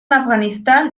afganistán